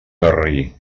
garrí